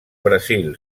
brasil